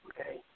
okay